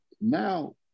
Now